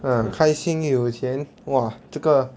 ah 开心又有钱 !wah! 这个